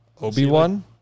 Obi-Wan